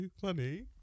funny